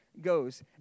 goes